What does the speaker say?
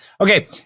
Okay